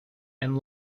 and